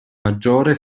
maggiore